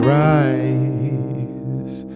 rise